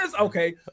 Okay